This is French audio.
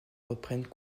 reprennent